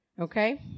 Okay